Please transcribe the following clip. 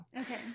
Okay